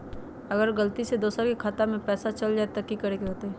अगर गलती से दोसर के खाता में पैसा चल जताय त की करे के होतय?